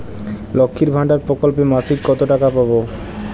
লক্ষ্মীর ভান্ডার প্রকল্পে মাসিক কত টাকা পাব?